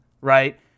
right